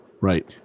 Right